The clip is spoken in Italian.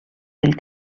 del